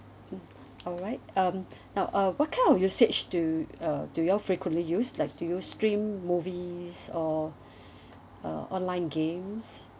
alright um now uh what kind of usage do uh do you all frequently use like do you stream movies or uh online games